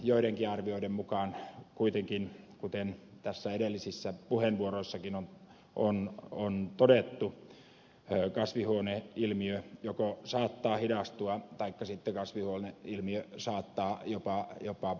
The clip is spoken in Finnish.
joidenkin arvioiden mukaan kuitenkin kuten edellisissäkin puheenvuoroissa on todettu kasvihuoneilmiö joko saattaa hidastua taikka sitten kasvihuoneilmiö saattaa jopa pahentua